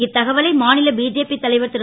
இத்தகவலை மா ல பிஜேபி தலைவர் ரு